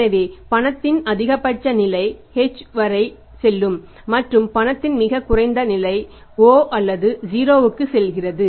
எனவே பணத்தின் அதிகபட்ச நிலை h வரை செல்லும் மற்றும் பணத்தின் மிகக் குறைந்த நிலை o அல்லது 0 க்கு செல்கிறது